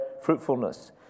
fruitfulness